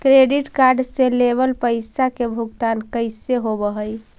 Credit card से लेवल पैसा के भुगतान कैसे होव हइ?